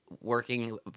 working